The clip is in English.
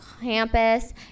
campus